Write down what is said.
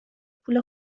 پول